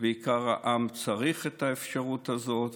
בעיקר העם צריך את האפשרות הזאת,